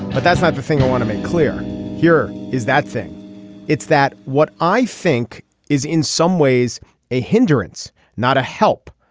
but that's not the thing i want to make clear here is that thing it's that what i think is in some ways a hindrance not a help.